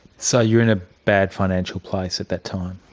so you were in a bad financial place at that time?